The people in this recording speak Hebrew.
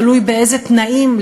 תלוי באיזה תנאים,